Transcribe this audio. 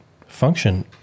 function